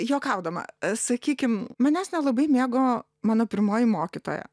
juokaudama sakykim manęs nelabai mėgo mano pirmoji mokytoja